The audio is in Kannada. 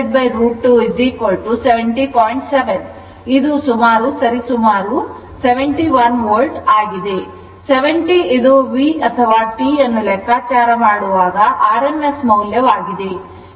7 ಇದು ಸರಿಸುಮಾರು 71 ವೋಲ್ಟ್ ಆಗಿದೆ 70 ಇದು v ಅಥವಾ t ಅನ್ನು ಲೆಕ್ಕಾಚಾರ ಮಾಡುವಾಗ rms ಮೌಲ್ಯ ಆಗಿದೆ